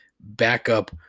backup